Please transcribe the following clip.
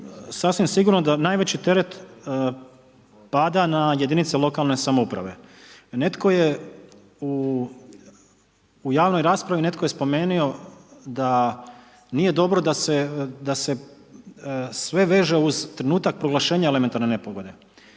sasvim sigurno da najveći teret pada na jedinice lokalne samouprave. Netko je u javnoj raspravi spomenuo da nije dobro da se sve veže uz trenutak proglašenja elementarne nepogode.